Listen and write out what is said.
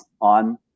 on